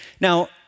Now